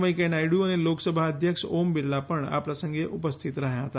વૈંકેયા નાયડુ અને લોકસભા અધ્યક્ષ ઓમ બિરલા પણ આ પ્રસંગે ઉપસ્થિત રહ્યા હતા